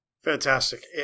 Fantastic